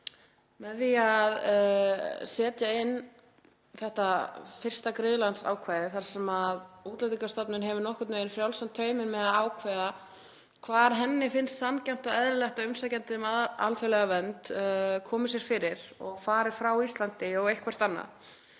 Með því að setja inn þetta ákvæði um fyrsta griðland, þar sem Útlendingastofnun hefur nokkurn veginn frjálsar hendur með að ákveða hvar henni finnst sanngjarnt og eðlilegt að umsækjandi um alþjóðlega vernd komi sér fyrir og fari frá Íslandi og eitthvert annað,